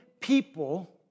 people